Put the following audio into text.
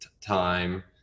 time